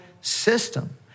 system